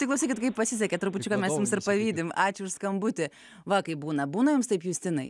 tai klausykit kaip pasisekė trupučiuką mes jums ir pavydim ačiū už skambutį va kaip būna būna jums taip justinai